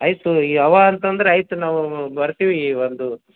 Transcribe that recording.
ಆಯ್ತು ಯಾವ ಅಂತಂದ್ರೆ ಆಯ್ತು ನಾವು ಬರ್ತೀವಿ ಈ ಒಂದು